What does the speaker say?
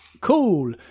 cool